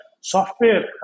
software